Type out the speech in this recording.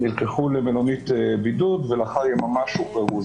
הם נלקחו למלונית בידוד ולאחר יממה שוחררו.